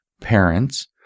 Parents